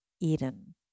Eden